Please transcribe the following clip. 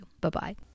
Bye-bye